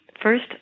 first